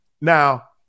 Now